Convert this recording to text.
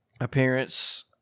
appearance